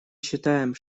считаем